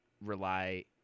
rely